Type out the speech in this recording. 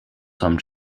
some